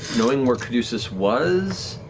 knowing where caduceus was,